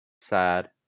Sad